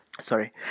Sorry